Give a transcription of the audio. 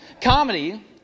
Comedy